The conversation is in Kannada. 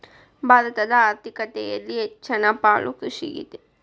ಭಾರತದ ಆರ್ಥಿಕತೆಯಲ್ಲಿ ಹೆಚ್ಚನ ಪಾಲು ಕೃಷಿಗಿದೆ